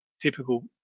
typical